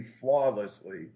flawlessly